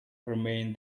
remain